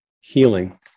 healing